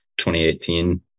2018